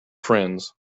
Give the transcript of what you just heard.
friends